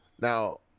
Now